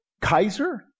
Kaiser